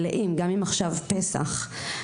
גם אם עכשיו פסח.